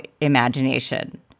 imagination